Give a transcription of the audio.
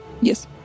Yes